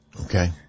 Okay